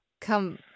come